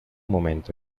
momento